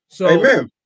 Amen